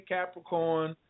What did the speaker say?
Capricorn